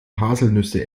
haselnüsse